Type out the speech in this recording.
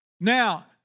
Now